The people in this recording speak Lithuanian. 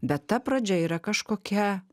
bet ta pradžia yra kažkokia